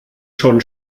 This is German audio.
schon